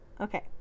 Okay